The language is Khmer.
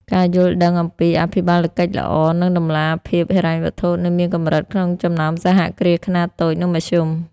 ការយល់ដឹងអំពី អភិបាលកិច្ចល្អ និងតម្លាភាពហិរញ្ញវត្ថុ នៅមានកម្រិតក្នុងចំណោមសហគ្រាសខ្នាតតូច និងមធ្យម។